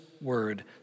word